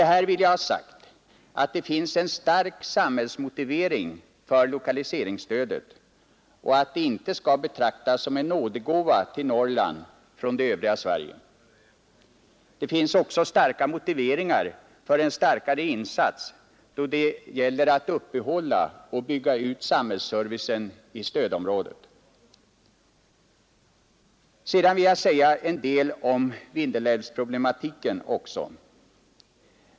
detta vill jag ha sagt att det finns en stark samhällsmotivering för lokaliseringsstödet och att det inte skall betraktas som en nådegåva till Norrland från det övriga Sverige. Det finns också starka motiv för en kraftfullare insats då det gäller att upprätthålla och bygga ut samhällsservicen i stödområdet. Jag skall också säga några ord om Vindelälvsproblematiken.